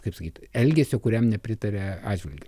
kaip sakyt elgesio kuriam nepritaria atžvilgiu